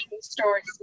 stories